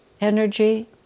energy